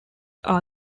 are